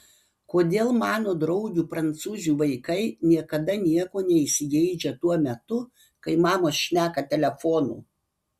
kodėl mano draugių prancūzių vaikai niekada nieko neįsigeidžia tuo metu kai mamos šneka telefonu